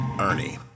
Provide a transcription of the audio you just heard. Ernie